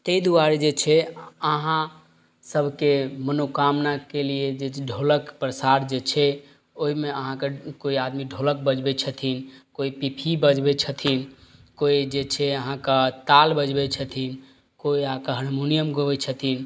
ताहि दुआरे जे छै आहाँ सबके मनोकामनाके लिये जे ढोलक परसार जे छै ओहिमे आहाँके कोइ आदमी ढोलक बजबै छथिन कोइ पिपही बजबै छथिन कोइ जे छै आहाँके ताल बजबै छथिन कोइ आहाँके हरमुनियम गबै छथिन